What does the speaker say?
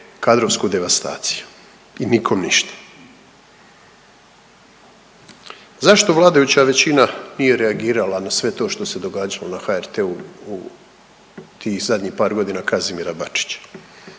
kadrovsku devastaciju i nikom ništa. Zašto vladajuća većina nije reagirala na sve to što se događa na HRT-u u tih zadnjih par godina Kazimira Bačića?